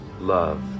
love